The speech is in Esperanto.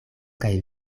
kaj